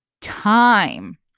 time